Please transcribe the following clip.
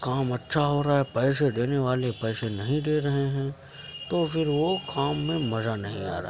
کام اچھا ہو رہا ہے پیسے دینے والے پیسے نہیں دے رہے ہیں تو پھر وہ کام میں مزہ نہیں آ رہا